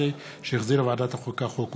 2016, שהחזירה ועדת החוקה, חוק ומשפט.